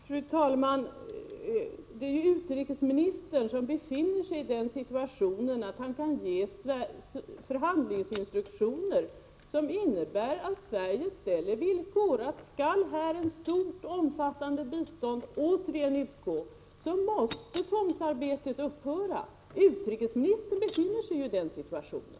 Fru talman! Men det är ju utrikesministern som befinner sig i den situationen att han kan ge förhandlingsinstruktioner som innebär att Sverige ställer villkor — skall ett stort och omfattande bistånd återigen utgå måste tvångsarbetet upphöra. Utrikesministern befinner sig i den situationen.